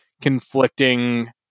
conflicting